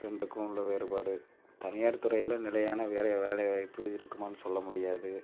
ரெண்டுக்கும் உள்ள வேறுபாடு தனியார் துறையில் நிலையான வேலை வேலைவாய்ப்பு இருக்குமான்னு சொல்ல முடியாது